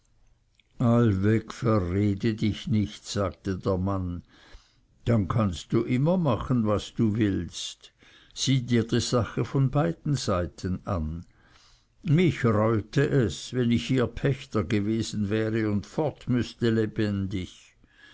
allweg verrede dich nicht sagte der mann dann kannst du immer machen was du willst sieh dir die sache von beiden seiten an mich reute es wenn ich hier pächter gewesen wäre und fort müßte lebendig